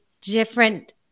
different